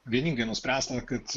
vieningai nuspręsta kad